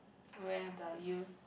where about you